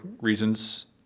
reasons